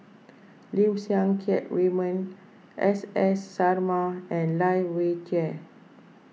Lim Siang Keat Raymond S S Sarma and Lai Weijie